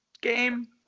game